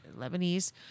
Lebanese